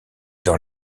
dans